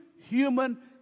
human